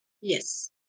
Yes